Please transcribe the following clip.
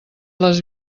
les